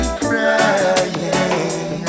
crying